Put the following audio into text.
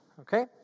Okay